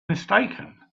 mistaken